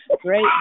Great